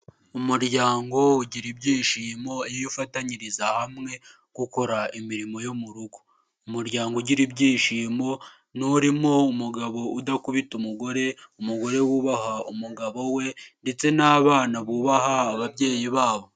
Umuryango ugira ibyishimo iyo ufatanyiriza hamwe gukora imirimo yo mu rugo, umuryango ugira ibyishimo ni urimo umugabo udakubita umugore, umugore wubaha umugabo we ndetse n'abana bubaha ababyeyi babo.